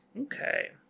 Okay